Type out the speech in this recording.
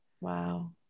Wow